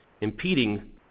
impeding